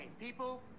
people